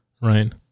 Right